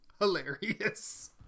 hilarious